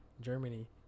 Germany